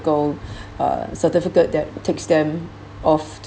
uh certificate that takes them off